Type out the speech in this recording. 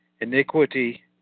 iniquity